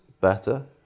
better